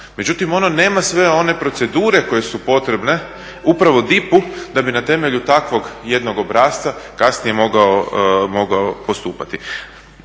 Međutim, ono nema sve one procedure koje su potrebne upravo DIP-u da bi na temelju takvog jednog obrasca kasnije mogao postupati.